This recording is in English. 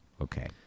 okay